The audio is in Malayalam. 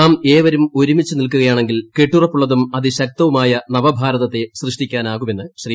നാം ഏവരും ഒരുമിച്ചു നിൽക്കുകയാണെങ്കിൽ കെട്ടുറപ്പുള്ളതും അതിശക്തവുമായ നവഭാരതത്തെ സൃഷ്ടിക്കാനാകുമെന്ന് ശ്രീ